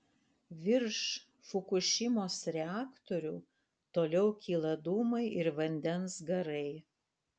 virš fukušimos reaktorių toliau kyla dūmai ir vandens garai